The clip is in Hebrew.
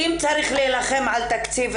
אם צריך להילחם על תקציב,